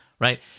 Right